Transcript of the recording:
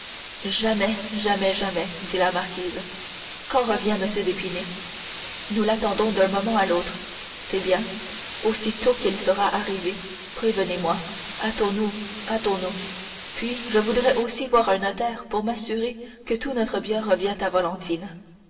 jamais jamais jamais dit la marquise quand revient m d'épinay nous l'attendons d'un moment à l'autre c'est bien aussitôt qu'il sera arrivé prévenez moi hâtons-nous hâtons-nous puis je voudrais aussi voir un notaire pour m'assurer que tout notre bien revient à